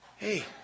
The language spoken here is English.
Hey